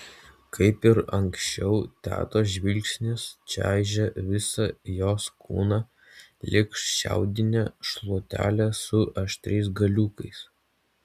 kaip ir anksčiau tetos žvilgsnis čaižė visą jos kūną lyg šiaudinė šluotelė su aštriais galiukais